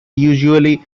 usually